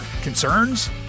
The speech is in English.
Concerns